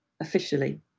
officially